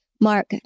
Mark